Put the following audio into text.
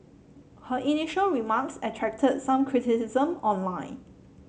her initial remarks attracted some criticism online